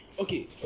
Okay